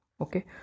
Okay